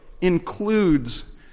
includes